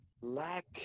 lack